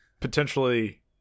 potentially